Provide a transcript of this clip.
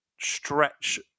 stretch